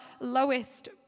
lowest